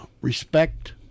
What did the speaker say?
respect